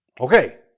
Okay